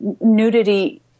nudity